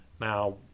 Now